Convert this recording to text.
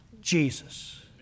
Jesus